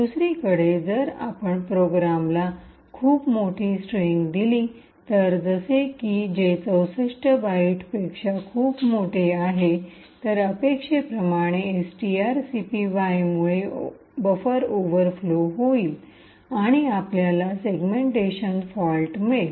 दुसरीकडे जर आपण प्रोग्रामला खूप मोठी स्ट्रिंग दिली तरजसे की जे 64 बाइटपेक्षा खूप मोठे आहे तर अपेक्षेप्रमाणे एसटीआरसीपीवाय मुळे बफर ओव्हरफ्लो होईल आणि आपल्याला सेगमेंटेशन फॉल्ट मिळेल